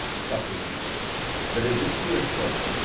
socrates but if this be affirmed,